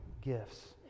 gifts